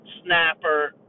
Snapper